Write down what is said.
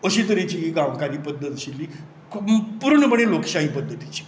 अशी तरेची ही गांवकारी पद्दत आशिल्ली संपूर्णपणे लोकशाय पद्दतीची